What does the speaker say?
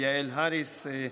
יעל הריס,